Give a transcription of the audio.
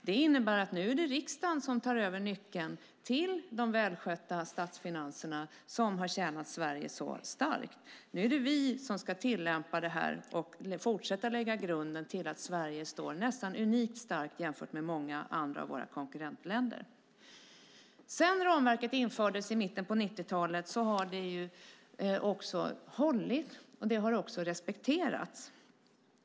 Det innebär att det nu är riksdagen som tar över nyckeln till de välskötta statsfinanser som har tjänat Sverige starkt. Nu är det vi som ska tillämpa det här och fortsätta att lägga den grund som gör att Sverige står nästan unikt starkt jämfört med många av våra konkurrentländer. Sedan ramverket infördes i mitten av 90-talet har det hållit. Det har också respekterats.